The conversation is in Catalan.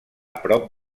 prop